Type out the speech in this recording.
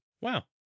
Wow